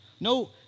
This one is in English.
No